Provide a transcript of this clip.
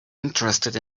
interested